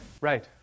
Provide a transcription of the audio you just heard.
Right